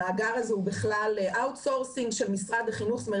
המאגר הזה הוא בכלל מיקור חוץ של משרד החינוך,